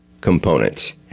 components